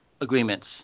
agreements